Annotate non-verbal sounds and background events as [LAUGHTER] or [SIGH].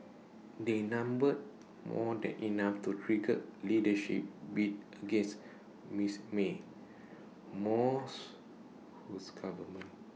they number more than enough to trigger leadership bid against Mrs may more [NOISE] whose government